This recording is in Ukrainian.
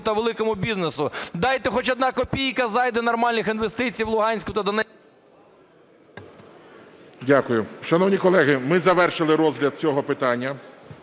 та великому бізнесу. Дайте, хоч 1 копійка зайде нормальних інвестицій в Луганську та… ГОЛОВУЮЧИЙ. Дякую. Шановні колеги, ми завершили розгляд цього питання.